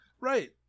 right